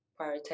prioritize